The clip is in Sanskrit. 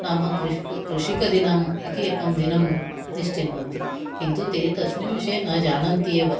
नाम कृ कृषिकदिनम् इति एकं दिनं निश्चिवन्ति किन्तु ते तस्मिन् विषये न जानन्ति एव